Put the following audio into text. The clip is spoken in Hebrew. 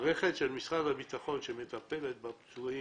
המערכת של משרד הביטחון שמטפלת בפצועים,